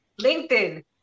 linkedin